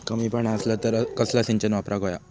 कमी पाणी असला तर कसला सिंचन वापराक होया?